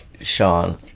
Sean